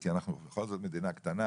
כי אנחנו בכל זאת מדינה קטנה.